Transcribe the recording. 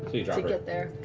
to get there.